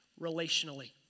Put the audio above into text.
relationally